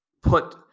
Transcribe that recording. put